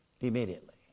Immediately